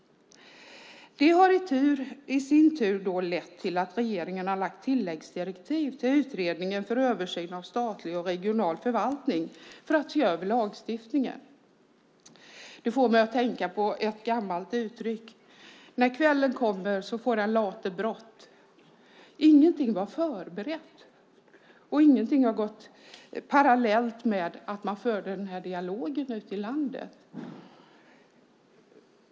Det i sin tur har lett till att regeringen har lagt fram tilläggsdirektiv till utredningen om en översyn av statlig och regional förvaltning för att se över lagstiftningen. Det får mig att tänka på ett gammalt uttryck: När kvällen kommer får den late brått'. Ingenting var förberett, och ingenting har gått parallellt med dialogen ute i landet.